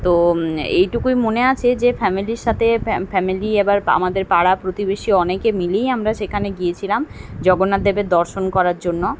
তো এইটুকুই মনে আছে যে ফ্যামিলির সাতে ফ্যা ফ্যামিলি এবার পা আমাদের পাড়া প্রতিবেশী অনেকে মিলেই আমরা সেখানে গিয়েছিলাম জগন্নাথ দেবের দর্শন করার জন্য